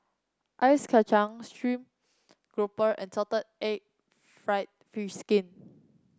Ice Kachang stream grouper and Salted Egg fried fish skin